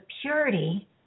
purity